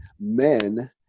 men